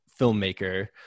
filmmaker